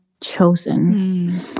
chosen